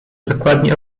dokładnie